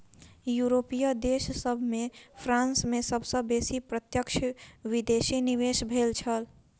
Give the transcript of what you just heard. यूरोपीय देश सभ में फ्रांस में सब सॅ बेसी प्रत्यक्ष विदेशी निवेश भेल छल